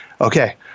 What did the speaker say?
Okay